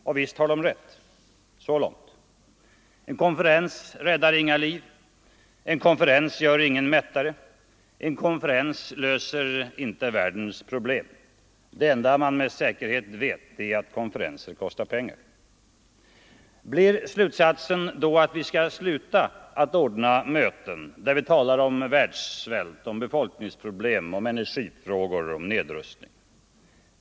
Och visst har de rätt — så långt. En konferens räddar inga liv, en konferens gör ingen mättare, en konferens löser inte världens problem. Det enda man med säkerhet vet är att konferenser kostar pengar. Blir slutsatsen då att vi kan sluta att ordna möten där vi talar om världssvält, befolkningsproblemen, energifrågor och nedrustning?